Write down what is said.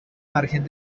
margen